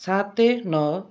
ସାତ ନଅ